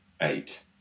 eight